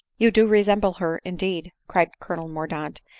you do resemble her indeed, cried colonel mor daunt,